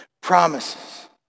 promises